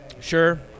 Sure